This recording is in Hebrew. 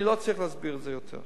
אני לא צריך להסביר את זה יותר.